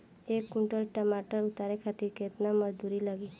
एक कुंटल टमाटर उतारे खातिर केतना मजदूरी लागी?